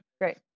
Great